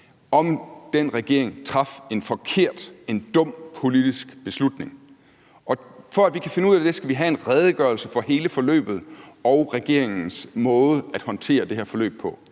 Hummelgaard – traf en forkert, en dum politisk beslutning. Og for at vi kan finde ud af det, skal vi have en redegørelse for hele forløbet og regeringens måde at håndtere det her forløb på.